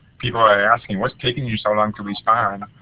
people are asking what is taking you so long to respond.